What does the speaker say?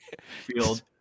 field